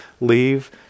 leave